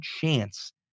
chance